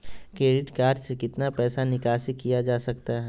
Credit card से कितना पैसा निकासी किया जा सकता है?